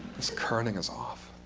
this kerning is off